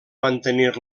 mantenir